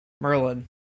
Merlin